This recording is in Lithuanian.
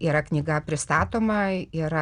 yra knyga pristatoma yra